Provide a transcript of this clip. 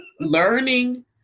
learning